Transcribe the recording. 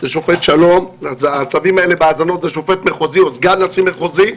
השופטים האלה בהאזנות זה שופט מחוזי או סגן נשיא מחוזי,